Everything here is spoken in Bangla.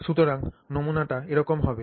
সুতরাং নমুনাটি এরকম হবে